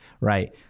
right